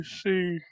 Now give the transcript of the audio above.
see